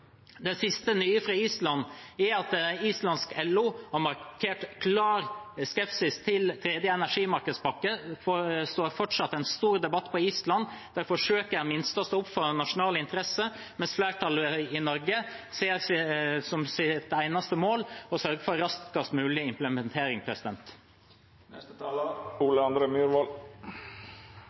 Det siste nye fra Island er at Islands LO har markert en klar skepsis til tredje energimarkedspakke. Det er fortsatt en stor debatt på Island. Der forsøker en i det minste å stå opp for nasjonale interesser, mens flertallet i Norge ser det som sitt eneste mål å sørge for en raskest mulig implementering.